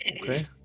Okay